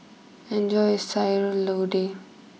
enjoy your Sayur Lodeh